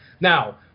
Now